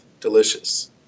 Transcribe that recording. Delicious